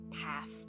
Path